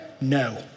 no